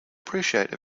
appreciate